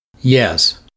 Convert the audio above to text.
Yes